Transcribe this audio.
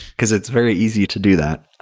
because it's very easy to do that.